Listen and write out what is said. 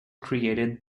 created